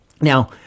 Now